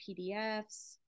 pdfs